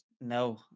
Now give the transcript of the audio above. No